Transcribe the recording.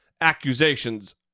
accusations